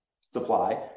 supply